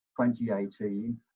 2018